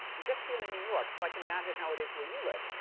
just here in new york, so i can imagine how it is where you live,